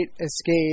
escape